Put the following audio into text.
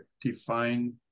define